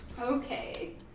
Okay